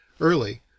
Early